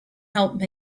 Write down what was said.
help